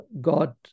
God